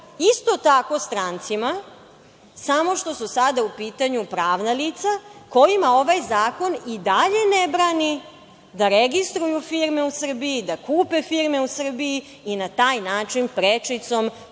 isto tako strancima, samo što su sada u pitanju pravna lica, kojima ovaj zakon i dalje ne brani da registruju firme u Srbiji, da kupe firme u Srbiji i na taj način prečicom